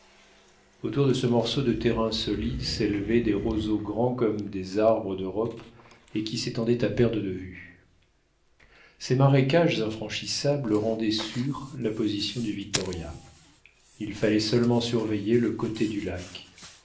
autour de ce morceau de terrain solide s'élevaient des roseaux grands comme des arbres d'europe et qui s'étendaient à perte de vue ces marécages infranchissables rendaient sûre la position du victoria il fallait seulement surveiller le côté du lac